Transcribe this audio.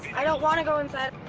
i don't want to go inside.